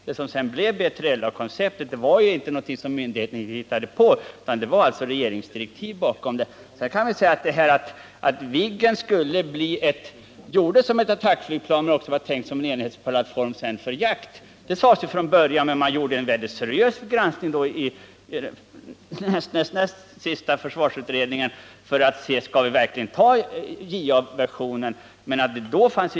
Det som sedan blev B3LA-konceptet var inte någonting som myndigheterna hittade på själva. Att Viggen gjordes som ett attackflygplan men också var tänkt som en enhetsplattform för även spaning och jakt sades från början. Men man gjorde efter några år ändå en seriös granskning i den då aktuella försvarsutredningen för att se om vi verkligen skulle ta JA-versionen eller om vi i stället skulle köpa utifrån.